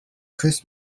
chris